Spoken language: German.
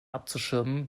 abzuschirmen